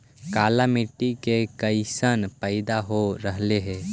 काला मिट्टी मे कैसन पैदा हो रहले है?